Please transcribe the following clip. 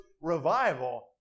revival